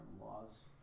laws